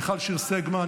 מיכל שיר סגמן,